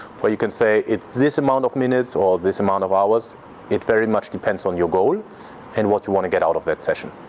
but you can say this amount of minutes or this amount of hours it very much depends on your goal and what you want to get out of that session.